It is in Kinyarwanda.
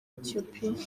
etiyopiya